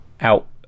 out